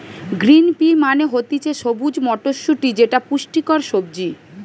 green pea মানে হতিছে সবুজ মটরশুটি যেটা পুষ্টিকর সবজি